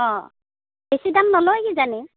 অ' বেছি দাম নলয় কিজানি